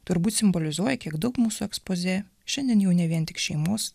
turbūt simbolizuoja kiek daug mūsų ekspozė šiandien jau ne vien tik šeimos